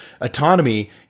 autonomy